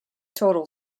total